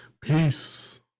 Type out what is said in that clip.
Peace